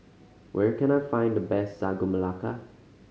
where can I find the best Sagu Melaka